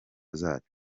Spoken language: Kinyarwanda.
zacu